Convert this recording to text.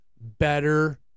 better